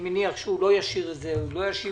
אני מניח שהוא ישיב את